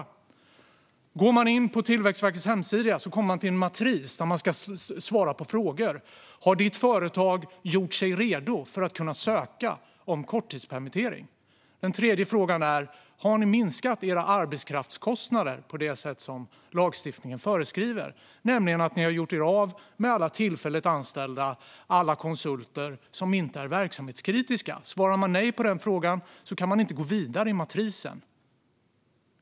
Om man går in på Tillväxtverkets hemsida kommer man till en matris där man ska svara på frågor, såsom om företaget har gjort sig redo att kunna ansöka om korttidspermittering. En annan fråga är om företaget har minskat sina arbetskraftskostnader på det sätt som lagstiftningen föreskriver, nämligen om företaget har gjort sig av med alla tillfälligt anställda och alla konsulter som inte är kritiska för verksamheten. Om man svarar nej på frågan kan man inte gå vidare i matrisen.